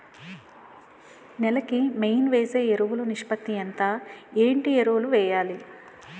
నేల కి మెయిన్ వేసే ఎరువులు నిష్పత్తి ఎంత? ఏంటి ఎరువుల వేయాలి?